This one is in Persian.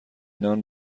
نان